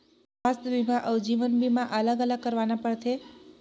स्वास्थ बीमा अउ जीवन बीमा अलग अलग करवाना पड़थे?